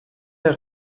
der